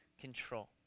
control